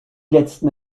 letzten